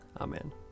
Amen